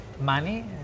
money